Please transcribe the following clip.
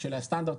את הסטנדרט